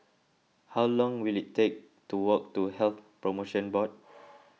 how long will it take to walk to Health Promotion Board